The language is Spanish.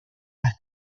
las